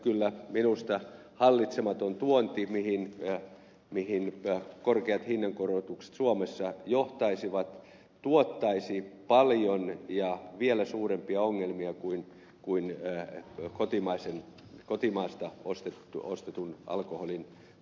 kyllä minusta hallitsematon tuonti johon korkeat hinnankorotukset suomessa johtaisivat tuottaisi paljon ja vielä suurempia ongelmia kuin kotimaasta ostettu alkoholi